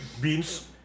beans